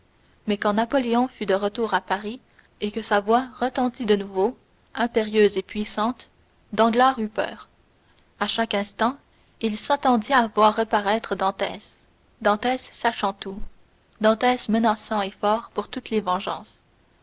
mais quand napoléon fut de retour à paris et que sa voix retentit de nouveau impérieuse et puissante danglars eut peur à chaque instant il s'attendit à voir reparaître dantès dantès sachant tout dantès menaçant et fort pour toutes les vengeances